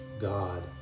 God